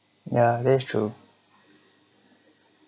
ya that's true